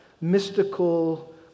mystical